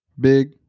Big